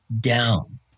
down